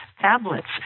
tablets